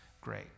great